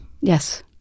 Yes